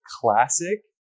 classic